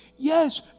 Yes